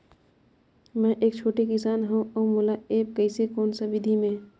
मै एक छोटे किसान हव अउ मोला एप्प कइसे कोन सा विधी मे?